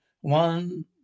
one